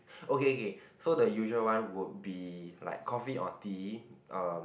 okay okay so the usual one would be like coffee or tea uh